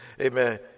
Amen